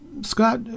Scott